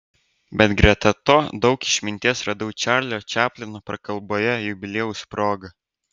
bet greta to daug išminties radau čarlio čaplino prakalboje jubiliejaus proga